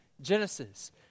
Genesis